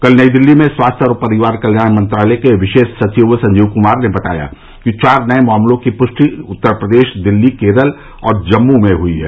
कल नई दिल्ली में स्वास्थ्य और परिवार कल्याण मंत्रालय के विशेष सचिव संजीव कुमार ने बताया कि नये चार मामलों की पुष्टि उत्तर प्रदेश दिल्ली केरल और जम्मू में हुई है